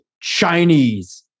Chinese